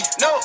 No